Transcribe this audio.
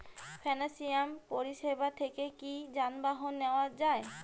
Financial পরিসেবা থেকে কি যানবাহন নেওয়া যায়?